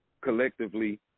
collectively